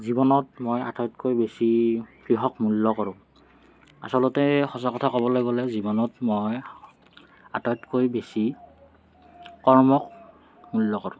জীৱনত মই আটাইতকৈ বেছি কিহক মূল্য কৰোঁ আচলতে সঁচা কথা ক'বলৈ গ'লে জীৱনত মই আটাইতকৈ বেছি কৰ্মক মূল্য কৰোঁ